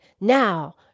now